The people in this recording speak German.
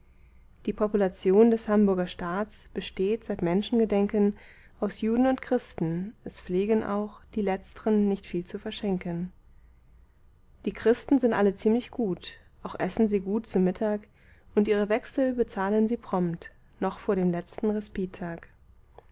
die population des hamburger staats besteht seit menschengedenken aus juden und christen es pflegen auch die letztren nicht viel zu verschenken die christen sind alle ziemlich gut auch essen sie gut zu mittag und ihre wechsel bezahlen sie prompt noch vor dem letzten